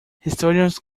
historians